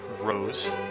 Rose